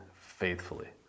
faithfully